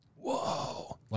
whoa